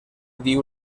diu